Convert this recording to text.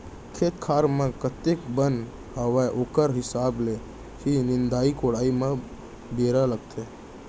खेत खार म कतेक बन हावय ओकर हिसाब ले ही निंदाई कोड़ाई म बेरा लागथे